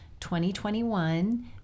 2021